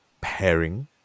pairing